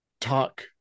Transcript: talk